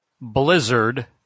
Blizzard